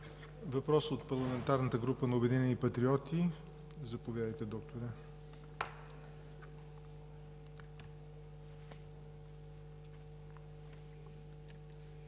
Въпрос от парламентарната група на „Обединени патриоти“. Заповядайте, Докторе.